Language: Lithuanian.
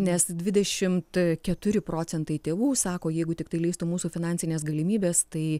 nes dvidešimt keturi procentai tėvų sako jeigu tiktai leistų mūsų finansinės galimybės tai